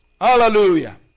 Hallelujah